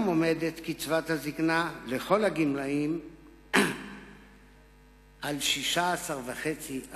עומדת קצבת הזיקנה לכל הגמלאים על 16.5%,